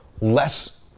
less